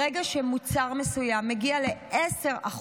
ברגע שמוצר מסוים מגיע ל-10%